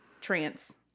trance